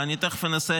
ואני תכף אנסה